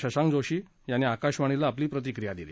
शशांक जोशी यांनी आकाशवाणीला आपली प्रतिक्रिया दिली